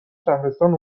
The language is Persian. شهرستان